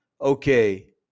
Okay